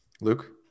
Luke